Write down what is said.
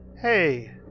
Hey